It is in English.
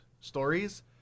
stories